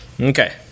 Okay